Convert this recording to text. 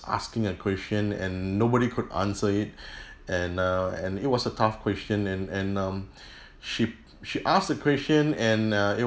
asking a question and nobody could answer it and uh and it was a tough question and and um she she asked a question and uh it